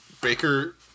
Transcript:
Baker